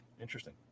Interesting